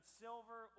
silver